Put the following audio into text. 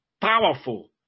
powerful